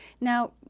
Now